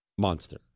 Monster